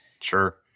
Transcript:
Sure